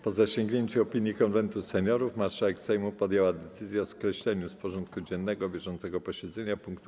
Po zasięgnięciu opinii Konwentu Seniorów marszałek Sejmu podjęła decyzję o skreśleniu z porządku dziennego bieżącego posiedzenia punktu: